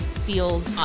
sealed